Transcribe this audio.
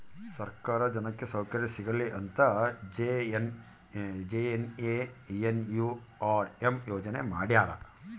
ಸರ್ಕಾರ ಜನಕ್ಕೆ ಸೌಕರ್ಯ ಸಿಗಲಿ ಅಂತ ಜೆ.ಎನ್.ಎನ್.ಯು.ಆರ್.ಎಂ ಯೋಜನೆ ಮಾಡ್ಯಾರ